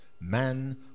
man